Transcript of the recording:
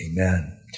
Amen